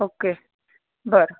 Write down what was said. okay बरं